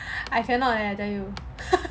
I cannot eh so